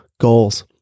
goals